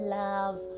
love